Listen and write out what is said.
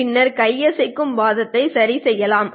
பின்னர் கை அசைக்கும் வாதத்தை சரி செய்யலாம்